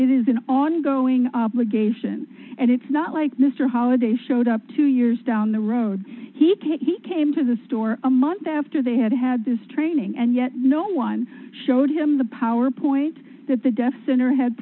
it is an ongoing obligation and it's not like mr howard a showed up two years down the road he can't he came to the store a month after they had had this training and yet no one showed him the power point that the death center had